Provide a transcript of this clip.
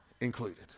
included